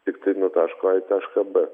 tiktai taško a į tašką b